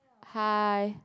hi